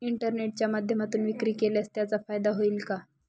इंटरनेटच्या माध्यमातून विक्री केल्यास त्याचा फायदा होईल का?